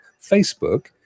facebook